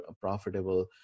profitable